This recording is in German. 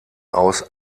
aus